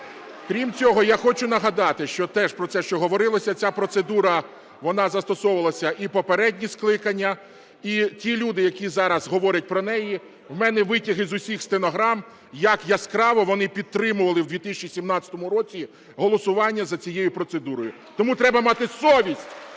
Крім цього, я хочу нагадати, що те, про що говорилося, ця процедура, вона застосовувалася і в попередні скликання. І ті люди, які зараз говорять про неї, в мене витяги з усіх стенограм, як яскраво вони підтримували в 2017 році голосування за цієї процедурою. Тому треба мати совість,